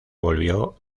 volvió